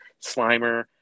Slimer